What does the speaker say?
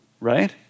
right